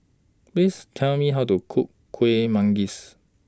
Please Tell Me How to Cook Kueh Manggis